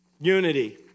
Unity